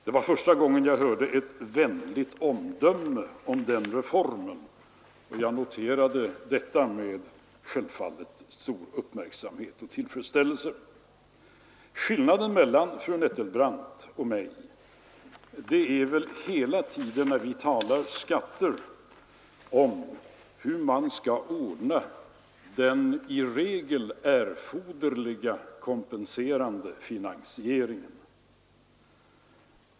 Det var första gången jag hörde ett vänligt omdöme om den reformen, och jag noterade det självfallet med stor uppmärksamhet och tillfredsställelse. Skillnaden mellan fru Nettelbrandt och mig när vi talar om skatter ligger hela tiden i uppfattningen om hur man skall ordna den i regel erforderliga kompenserande finansieringen.